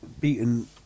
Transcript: beaten